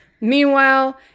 Meanwhile